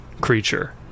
creature